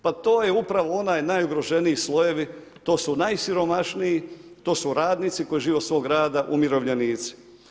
Pa to je upravo onaj najugroženiji slojevi, to su najsiromašniji, to su radnici koji žive od svog rada, umirovljenici.